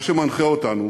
מה שמנחה אותנו